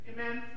Amen